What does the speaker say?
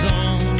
on